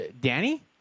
Danny